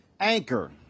anchor